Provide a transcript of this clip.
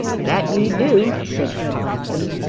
that you do, said fred botsey,